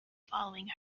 following